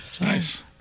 Nice